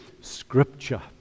Scripture